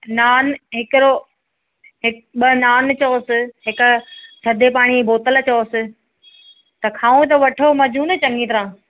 नान हिकिड़ो ॿ नान चओसि हिकु थधे पाणीअ जी बोतल चओसि त खाऊं त वठूं न मजो चङी तरहि